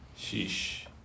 Sheesh